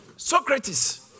Socrates